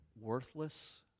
worthless